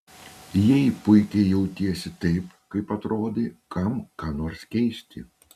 jei puikiai jautiesi taip kaip atrodai kam ką nors keisti